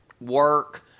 work